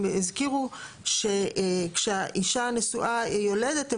הם הזכירו שכשהאישה נשואה יולדת,